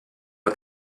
una